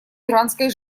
иранской